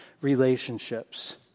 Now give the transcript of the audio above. relationships